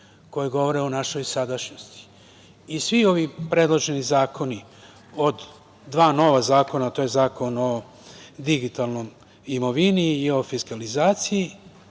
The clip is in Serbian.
koji govore o našoj sadašnjosti i svi ovi predloženi zakoni, od dva nova zakona, a to su Zakon o digitalnoj imovini i Zakon o fiskalizaciji,